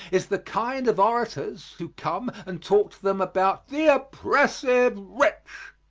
is the kind of orators who come and talk to them about the oppressive rich.